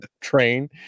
train